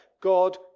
God